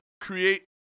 create